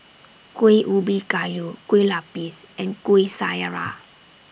Kueh Ubi Kayu Kueh Lapis and Kuih Syara